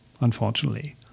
unfortunately